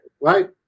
right